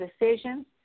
decisions